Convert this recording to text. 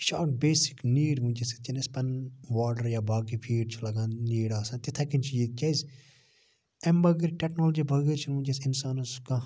یہِ چھِ اکھ بیسِک نیٖڈ ونکیٚنَس یِتھ کٔنۍ اَسہِ پنن واڈَر یا باقٕے فیٖڈ چھِ لَگان نیٖڈ آسان تِتھے کٔنۍ چھِ یہِ کیازِ امہِ بَغٲر ٹیٚکنالجی بَغٲر چھُنہٕ ونکیٚس اِنسانَس کانٛہہ